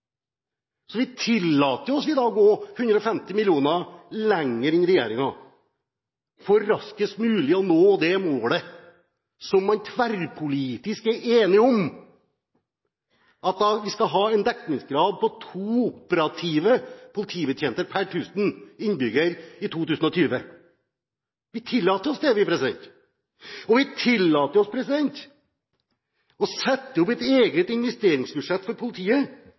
så vi tillater oss å gå 150 mill. kr lenger enn regjeringen for raskest mulig å nå det målet som man tverrpolitisk er enige om, at vi skal ha en dekningsgrad på to operative politibetjenter per 1 000 innbyggere i 2020. Vi tillater oss det. Vi tillater oss å sette opp et eget investeringsbudsjett for politiet